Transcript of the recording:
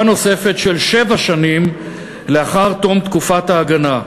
נוספת של שבע שנים לאחר תום תקופת ההגנה.